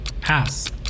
Pass